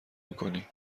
میکنی